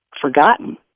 forgotten